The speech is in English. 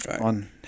on